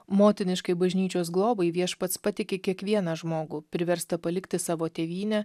motiniškai bažnyčios globai viešpats patiki kiekvieną žmogų priverstą palikti savo tėvynę